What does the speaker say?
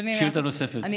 שאילתה נוספת.